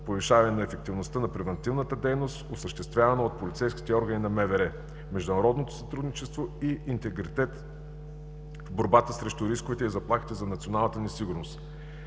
повишаване на ефективността на превантивната дейност, осъществявана от полицейските органи на МВР, международното сътрудничество и интегритет в борбата срещу рисковете и заплахите за националната ни сигурност.